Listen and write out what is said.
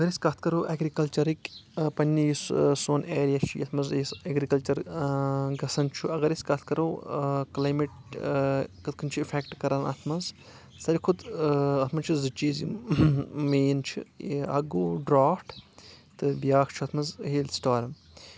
اگر أسۍ کتھ کرو ایٚگرِکَلچرٕکۍ پنٕنہِ یُس سون ایریا چھِ یَتھ منٛز یُس اؠگرِکَلچر گژھان چھُ اگر أسۍ کتھ کرو کلایمیٹ کٕتھ کٔنۍ چھُ افؠکٹہٕ کران اتھ منٛز ساروی کھۄتہٕ اتھ منٛز چھِ زٕ چیٖز یِم مین چھِ اکھ گوٚو ڈراٹھ تہٕ بیاکھ چھُ اتھ منٛز ہیل سٔٹارٕم